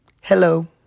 Hello